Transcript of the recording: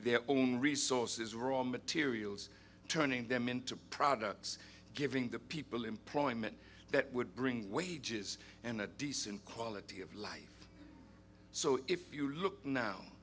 their own resources wrong materials turning them into products giving the people employment that would bring wages and a decent quality of life so if you look now